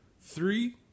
three